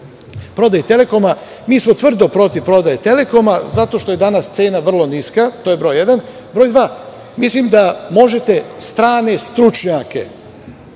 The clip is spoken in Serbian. prodaji Telekoma, mi smo tvrdo protiv prodaje Telekoma zato što je danas cena vrlo niska, to je broj jedan. Broj dva, mislim da možete strane stručnjake